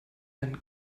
wenn